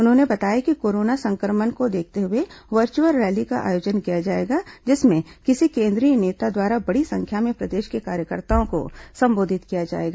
उन्होंने बताया कि कोरोना संक्रमण को देखते हुए वर्चुअल रैली का आयोजन किया जाएगा जिसमें किसी केंद्रीय नेता द्वारा बड़ी संख्या में प्रदेश के कार्यकर्ताओं को संबोधित किया जाएगा